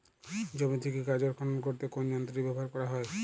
জমি থেকে গাজর খনন করতে কোন যন্ত্রটি ব্যবহার করা হয়?